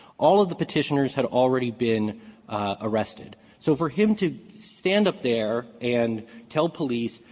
all of the petitioners had already been arrested. so for him to stand up there and tell police,